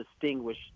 distinguish